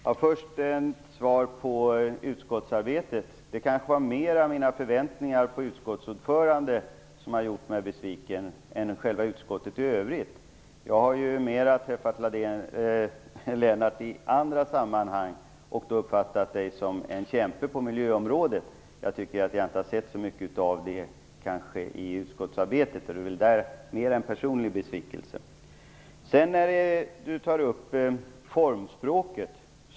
Herr talman! Först när det gäller utskottsarbetet. Det kanske var mera mina förväntningar på utskottsordförande som gjort mig besviken än själva utskottet i övrigt. Jag har träffat Lennart Daléus i andra sammanhang och då uppfattat honom som en kämpe på miljöområdet. Jag tycker att jag inte sett så mycket av det i utskottsarbetet. Det var alltså mer en personlig besvikelse. Lennart Daléus går in i formalia.